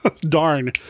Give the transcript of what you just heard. darn